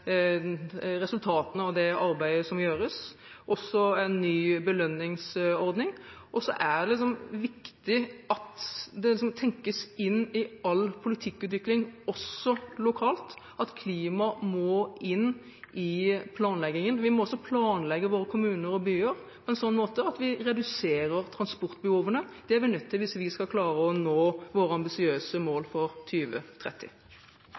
også en ny belønningsordning. Så er det viktig at det tenkes inn i all politikkutvikling, også lokalt, at klima må inn i planleggingen. Vi må planlegge våre kommuner og byer på en slik måte at vi reduserer transportbehovene. Det er vi er nødt til hvis vi skal klare å nå våre ambisiøse mål for